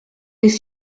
les